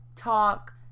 Talk